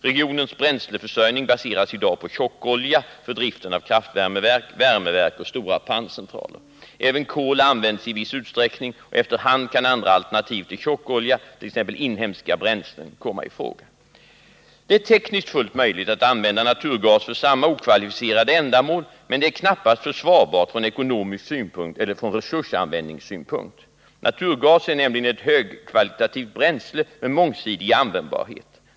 Regionens bränsleförsörjning baseras i dag på tjockolja för driften av kraftvärmeverk, värmeverk och stora panncentraler. Även kol används i viss utsträckning, och efter hand kan andra alternativ till tjockolja, t.ex. inhemska bränslen, komma i fråga. Det är tekniskt fullt möjligt att använda naturgas för samma okvalificerade ändamål, men det är knappast försvarbart från ekonomisk synpunkt eller från resursanvändningssynpunkt. Naturgas är nämligen ett högkvalitativt bränsle med mångsidig användbarhet.